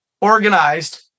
organized